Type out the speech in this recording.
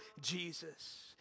Jesus